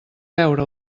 veure